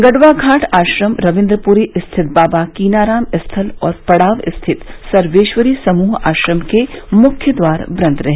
गड़वा घाट आश्रम रवींद्रपुरी स्थित बाबा कीनाराम स्थल और पड़ाव स्थित सर्वेश्वरी समूह आश्रम के मुख्य द्वार बंद रहे